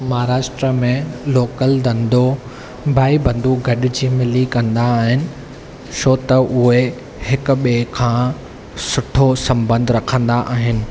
महाराष्ट्र में लोकल धंधो भाई बंधू गॾिजी मिली कंदा आहिनि छो त उहे हिकु ॿिए खां सुठो संबंध रखंदा आहिनि